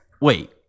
wait